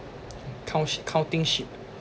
count sh~ counting sheep